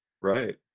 right